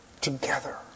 together